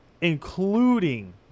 including